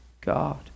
God